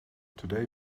today